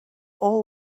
all